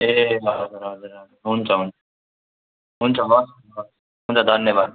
ए हजुर हजुर हजुर हुन्छ हुन्छ हुन्छ हस् हुन्छ धन्यवाद